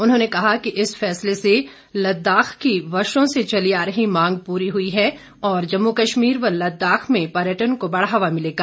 उन्होंने कहा कि इस फैसले से लद्दाख की वर्षो से चली आ रही मांग पूरी हुई है और जम्मू कश्मीर व लद्दाख में पर्यटन को बढ़ावा मिलेगा